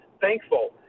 thankful